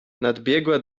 nadbiegła